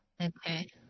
Okay